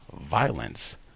violence